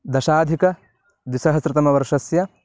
दशाधिकद्विसहस्रतमवर्षस्य